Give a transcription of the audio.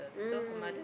mm